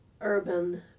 urban